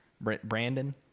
Brandon